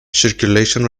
circulation